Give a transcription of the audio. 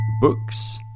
Books